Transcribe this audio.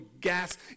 gas